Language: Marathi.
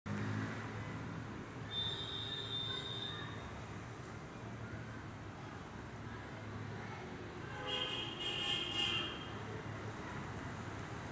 मिलेनियल उद्योजकांनी असे व्यवसाय स्थापित केले जे टिकाऊपणाच्या उद्दीष्टांसह आर्थिक परतावा संतुलित करतात